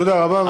תודה רבה.